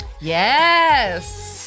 yes